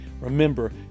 remember